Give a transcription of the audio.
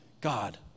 God